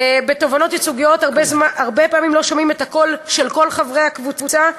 בתובענות ייצוגיות הרבה פעמים לא שומעים את הקול של כל חברי הקבוצה,